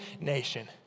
nation